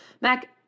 Mac